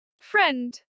Friend